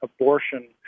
abortion